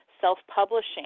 self-publishing